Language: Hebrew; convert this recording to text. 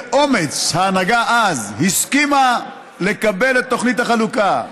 אומץ ההנהגה אז הסכימה לקבל את תוכנית החלוקה: